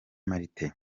martin